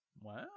Wow